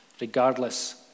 regardless